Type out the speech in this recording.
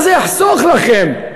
מה זה יחסוך לכם?